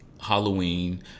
Halloween